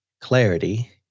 Clarity